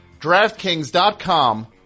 DraftKings.com